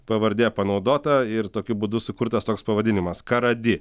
pavardė panaudota ir tokiu būdu sukurtas toks pavadinimas karadi